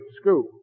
school